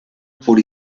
por